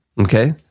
Okay